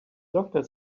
doctor